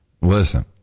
Listen